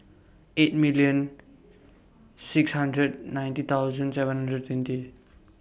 eight million six hundred ninety thousand seven hundred twenty